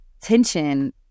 tension